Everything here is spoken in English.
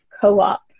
co-op